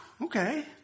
okay